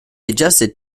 adjusted